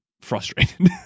frustrated